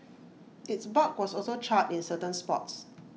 its bark was also charred in certain spots